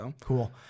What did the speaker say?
Cool